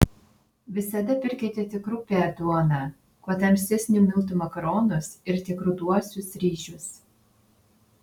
visada pirkite tik rupią duoną kuo tamsesnių miltų makaronus ir tik ruduosius ryžius